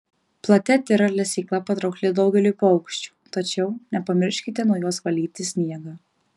plati atvira lesykla patraukli daugeliui paukščių tačiau nepamirškite nuo jos valyti sniegą